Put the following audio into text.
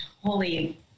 holy